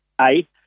eight